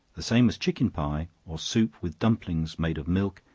the same as chicken pie, or soup with dumplings made of milk,